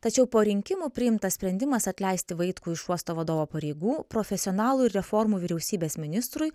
tačiau po rinkimų priimtas sprendimas atleisti vaitkų iš uosto vadovo pareigų profesionalų reformų vyriausybės ministrui